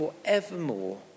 forevermore